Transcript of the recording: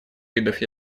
видов